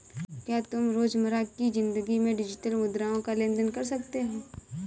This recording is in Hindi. क्या तुम रोजमर्रा की जिंदगी में डिजिटल मुद्राओं का लेन देन कर सकते हो?